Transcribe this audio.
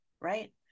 right